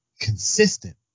consistent